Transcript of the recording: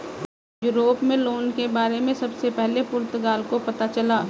Europe में loan के बारे में सबसे पहले पुर्तगाल को पता चला